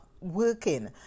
working